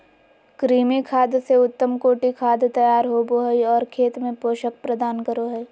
कृमि खाद से उत्तम कोटि खाद तैयार होबो हइ और खेत में पोषक प्रदान करो हइ